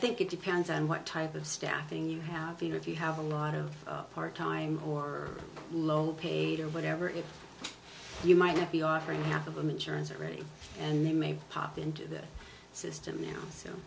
think it depends on what type of staffing you have if you have a lot of part time or low paid or whatever if you might be offering half of them insurance already and they may pop into the system now